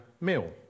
meal